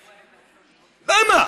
למה?